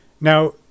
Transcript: Now